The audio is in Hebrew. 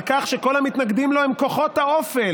על כך שכל המתנגדים לו הם כוחות האופל,